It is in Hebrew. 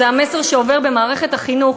זה המסר שעובר במערכת החינוך,